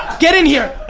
get in here.